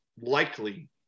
likely